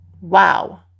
wow